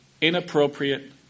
inappropriate